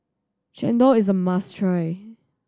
chendol is a must try